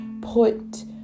put